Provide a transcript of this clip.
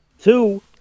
Two